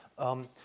um,